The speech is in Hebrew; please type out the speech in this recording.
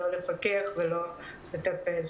לא לפקח ולא לטפל?